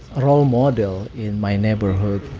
a role model in my neighborhood